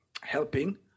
helping